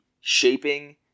shaping